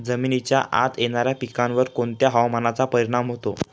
जमिनीच्या आत येणाऱ्या पिकांवर कोणत्या हवामानाचा परिणाम होतो?